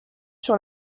sur